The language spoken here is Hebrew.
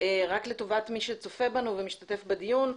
לטובת מי שצופה בנו ומשתתף בדיון,